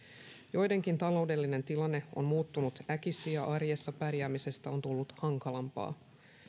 joidenkin taloudellinen tilanne on muuttunut äkisti ja arjessa pärjäämisestä on tullut hankalampaa